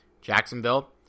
Jacksonville